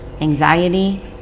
anxiety